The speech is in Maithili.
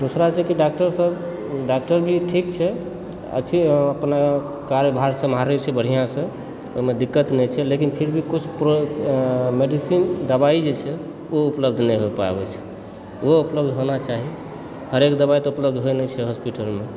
दोसर छै कि डॉक्टर सब डॉक्टर भी ठीक छै अथी अपना कार्यभार सम्हारै छथि बढ़िआँ सँ ओहिमे दिक्कत नहि छै लेकिन फिर भी किछु मेडिसीन दबाइ जे छै ओ उपलब्ध नहि भऽ पाबै छै ओहो उपलब्ध होना चाही हरेक दबाइ तऽ उपलब्ध होइत नहि छै हॉस्पिटलमे